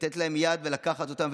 לתת להם יד ולקחת אותם,